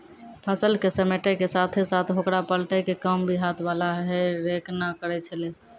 फसल क समेटै के साथॅ साथॅ होकरा पलटै के काम भी हाथ वाला हे रेक न करै छेलै